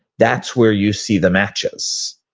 that's where you see the matches,